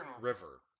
River